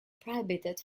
prohibited